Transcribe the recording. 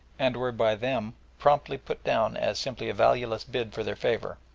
and were by them promptly put down as simply a valueless bid for their favour.